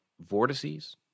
vortices